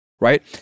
right